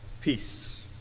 peace